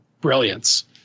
brilliance